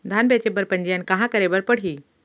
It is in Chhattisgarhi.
धान बेचे बर पंजीयन कहाँ करे बर पड़ही?